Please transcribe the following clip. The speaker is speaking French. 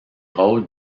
rôles